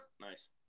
nice